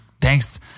Thanks